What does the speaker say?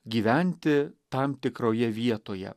gyventi tam tikroje vietoje